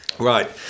Right